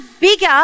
bigger